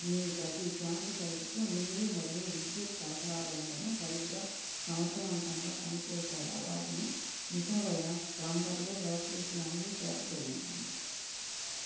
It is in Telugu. మీ ప్రతి క్యాంపు సైటుకు నీరు మరియు విద్యుత్ సరఫరా లైన్లను సరిగ్గా సమర్థతవంతంగా పని చేసేలా వాటిని నిపుణులైన ప్లంబర్లు ఎలక్ట్రీషియన్లు చేత చేయించండి